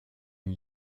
une